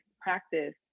practice